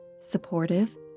Supportive